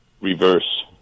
reverse